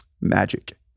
magic